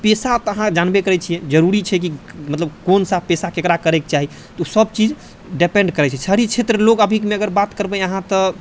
पेशा तऽ अहाँ जानबे करै छियै जरूरी छै कि मतलब कोनसा पेशा ककरा करैके चाही तऽ उ सब चीज डिपेन्ड करै छै शहरी क्षेत्र लोगमे अभी अगर बात करबै अहाँ तऽ